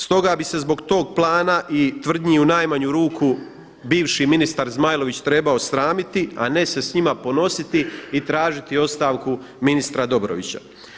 Stoga bi se zbog tog plana i tvrdnji u najmanju ruku bivši ministar Zmajlović trebao sramiti, a ne se s njima ponositi i tražiti ostavku ministra Dobrovića.